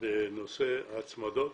בנושא ההצמדות,